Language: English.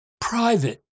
private